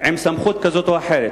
לסמכות כזאת או אחרת,